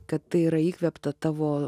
kad tai yra įkvėpta tavo